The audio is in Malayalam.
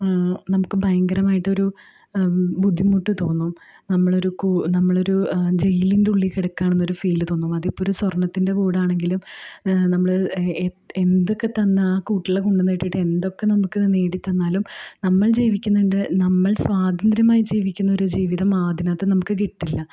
നമുക്ക് ഭയങ്കരമായിട്ട് ഒരു ബുദ്ധിമുട്ട് തോന്നും നമ്മളൊരു നമ്മളൊരു ജയിലിൻ്റെ ഉള്ളിൽ കിടക്കുകയാണെന്നൊരു ഫീല് തോന്നും അതിപ്പോൾ ഒരു സ്വർണ്ണത്തിൻ്റെ കൂടാണെങ്കിലും നമ്മൾ എന്തൊക്കെ തന്നാൽ ആ കൂട്ടിൽ കൊണ്ടുവന്നിട്ടിട്ട് എന്തൊക്കെ നമുക്കിത് നേടി തന്നാലും നമ്മൾ ജീവിക്കുന്നുണ്ട് നമ്മൾ സ്വാതന്ത്ര്യമായി ജീവിക്കുന്നൊരു ജീവിതം ആ അതിനകത്ത് നമുക്ക് കിട്ടില്ല